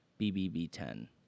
BBB10